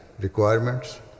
requirements